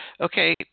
Okay